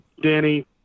Danny